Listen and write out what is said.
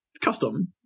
custom